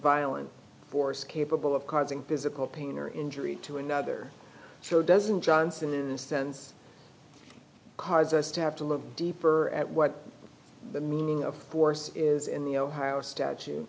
violent force capable of causing physical pain or injury to another so doesn't johnson in the sense cause us to have to look deeper at what the meaning of force is in the ohio statu